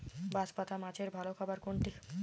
বাঁশপাতা মাছের ভালো খাবার কোনটি?